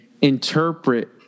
interpret